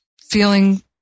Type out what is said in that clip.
feeling